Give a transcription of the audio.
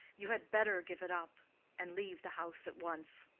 you had better give it up and leave the house at once,